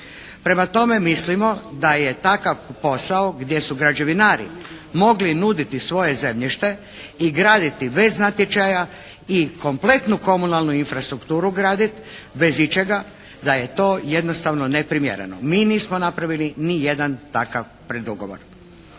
Prema tome mislimo da je takav posao gdje su građevinari mogli nuditi svoje zemljište i graditi bez natječaja i kompletnu komunalnu infrastrukturu graditi bez ičega da je to jednostavno neprimjereno. Mi nismo napravili ni jedan takav predugovor.